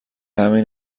همین